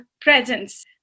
presence